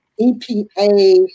EPA